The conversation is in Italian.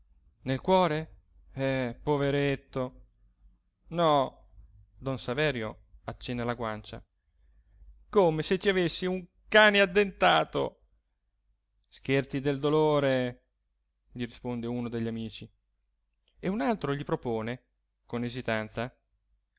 nel cuore eh poveretto no don saverio accenna alla guancia come se ci avessi un cane addentato scherzi del dolore gli risponde uno degli amici e un altro gli propone con esitanza